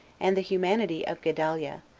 and the humanity of gedaliah,